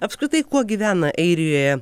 apskritai kuo gyvena airijoje